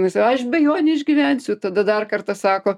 jinai sako aš be jo neišgyvensiu tada dar kartą sako